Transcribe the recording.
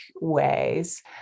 ways